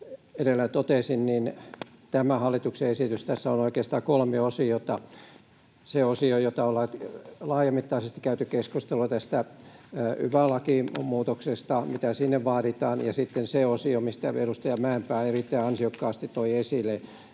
edellä totesin, niin tässä hallituksen esityksessä on oikeastaan kolme osiota: se osio, jonka kohdalla ollaan laajamittaisesti käyty keskustelua tästä yva-lakimuutoksesta, mitä sinne vaaditaan, ja sitten se osio, mistä edustaja Mäenpää erittäin ansiokkaasti toi esille